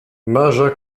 maja